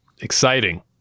exciting